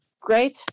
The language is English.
great